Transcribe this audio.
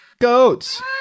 goats